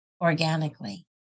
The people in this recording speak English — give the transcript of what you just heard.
organically